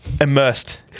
immersed